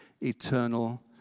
eternal